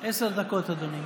עשר דקות, אדוני.